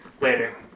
later